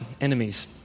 enemies